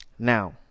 Now